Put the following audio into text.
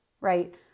right